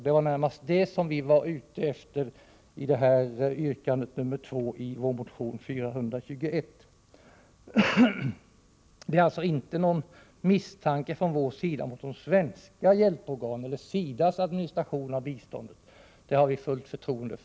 Det var närmast detta vi var ute efter med vårt yrkande 2 i motion 421. Det är alltså inte någon misstanke från vår sida mot de svenska hjälporganen eller SIDA:s administration av biståndet — där har vi fullt förtroende.